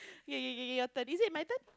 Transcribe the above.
yeah yeah yeah your turn is it my turn